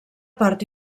part